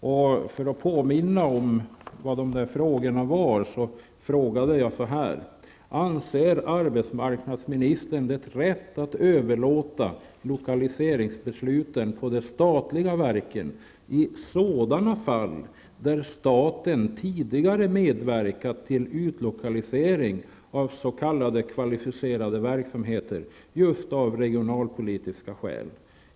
Den första frågan löd: Anser arbetsmarknadsministern det rätt att överlåta lokaliseringsbesluten på de statliga verken i sådana fall där staten tidigare medverkat till utlokalisering av s.k. kvalificerad verksamhet just av regionalpolitiska skäl?